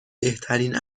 بهترین